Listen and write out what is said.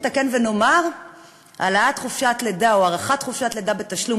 נתקן ונאמר שהארכת חופשת הלידה בתשלום,